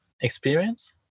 experience